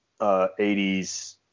80s